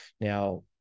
Now